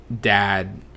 dad